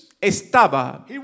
estaba